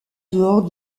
dehors